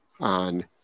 On